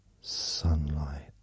sunlight